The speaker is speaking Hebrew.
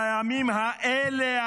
בימים האלה,